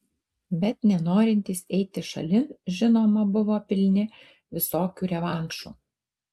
bet nenorintys eiti šalin žinoma buvo pilni visokių revanšų